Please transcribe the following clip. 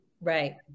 right